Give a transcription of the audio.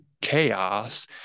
chaos